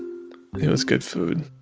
it was good food